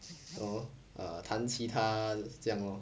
you know err 弹吉他这样 lor